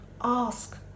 ask